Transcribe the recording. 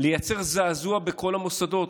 לייצר זעזוע בכל המוסדות.